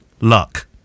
luck